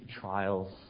trials